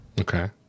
Okay